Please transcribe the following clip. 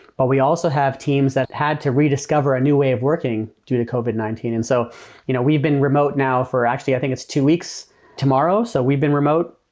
but we also have teams that had to rediscover a new way of working due to covid nineteen. and so you know we've been remote now for actually i think it's two weeks tomorrow. so we've been remote.